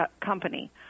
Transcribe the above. company